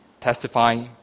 testify